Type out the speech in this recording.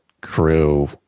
crew